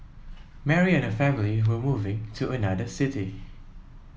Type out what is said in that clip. Mary and family were moving to another city